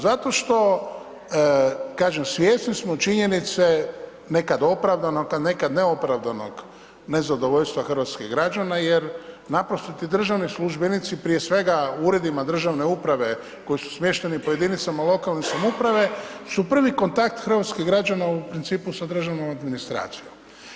Zato što, kažem, svjesni smo činjenice, nekad opravdanog, a nekad neopravdanog nezadovoljstva hrvatskih građana jer naprosto ti državni službenici prije svega u uredima državne uprave koji su smješteni po jedinicama lokalne samouprave su prvi kontakt hrvatskih građana u principu sa državnom administracijom.